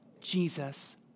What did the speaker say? Jesus